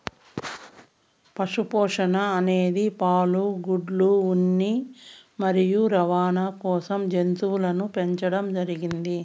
పశు పోషణ అనేది పాలు, గుడ్లు, ఉన్ని మరియు రవాణ కోసం జంతువులను పెంచండం జరిగింది